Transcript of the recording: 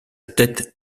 tête